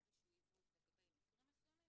אם אתם חושבים שקרה איזשהו עיוות לגבי מ קרים מסוימים,